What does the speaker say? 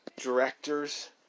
directors